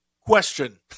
question